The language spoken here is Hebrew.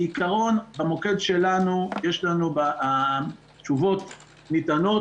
בעיקרון, במוקד שלנו התשובות ניתנות.